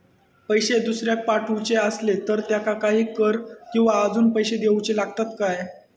पैशे दुसऱ्याक पाठवूचे आसले तर त्याका काही कर किवा अजून पैशे देऊचे लागतत काय?